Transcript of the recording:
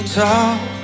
talk